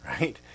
right